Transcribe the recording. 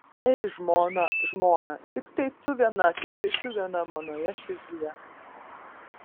ei žmona žmona tiktai tu viena tiktai tu viena manoje širdyje